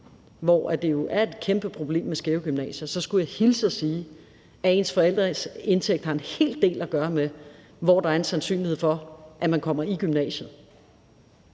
hvor det jo er et kæmpe problem med skæve gymnasier, så skulle jeg hilse at sige, at ens forældres indtægt har en hel del at gøre med, hvor der er en sandsynlighed for, at man kommer i gymnasiet.